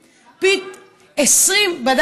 אליהן, של אבא ואימא וילדים.